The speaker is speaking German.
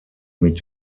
mit